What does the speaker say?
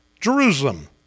Jerusalem